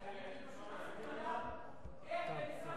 הבנתי,